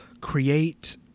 create